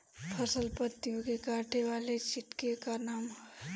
फसल पतियो के काटे वाले चिटि के का नाव बा?